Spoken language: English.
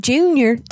Junior